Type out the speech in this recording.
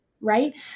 Right